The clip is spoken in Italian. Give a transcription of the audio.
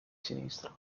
sinistra